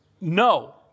No